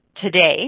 today